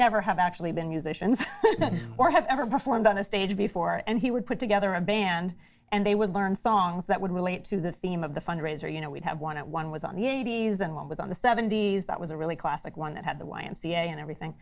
never have actually been musicians or have ever performed on a stage before and he would put together a band and they would learn songs that would relate to the theme of the fundraiser you know we'd have one on one was on the eighty's and one was on the seventy's that was a really classic one that had the y m c a and everything